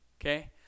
okay